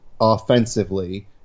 offensively